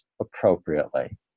appropriately